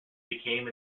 became